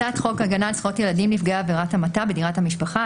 הצעת חוק הגנה על זכויות ילדים נפגעי עבירת המתה בדירת המשפחה,